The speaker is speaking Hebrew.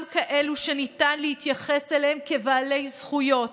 כאלו שניתן להתייחס אליהם כבעלי זכויות.